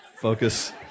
focus